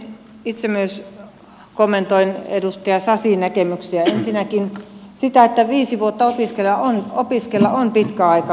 itse myös kommentoin edustaja sasin näkemyksiä ensinnäkin sitä että viisi vuotta opiskella on pitkä aika